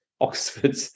Oxford